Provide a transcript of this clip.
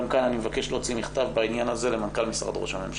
גם כאן אני מבקש להוציא מכתב בעניין הזה למנכ"ל משרד ראש הממשלה.